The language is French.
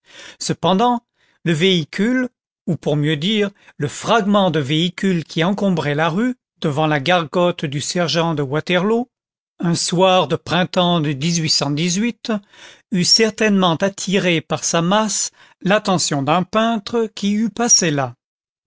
cependant le véhicule ou pour mieux dire le fragment de véhicule qui encombrait la rue devant la gargote du sergent de waterloo un soir du printemps de eût certainement attiré par sa masse l'attention d'un peintre qui eût passé là